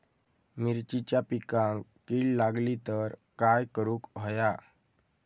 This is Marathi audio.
मिरचीच्या पिकांक कीड लागली तर काय करुक होया?